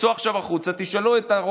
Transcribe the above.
תצאו עכשיו החוצה,